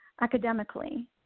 academically